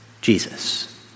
Jesus